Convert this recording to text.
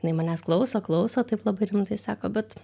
jinai manęs klauso klauso taip labai rimtai sako bet